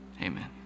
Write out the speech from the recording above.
Amen